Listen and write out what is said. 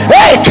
Hey